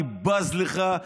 אני בז לך.